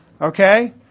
Okay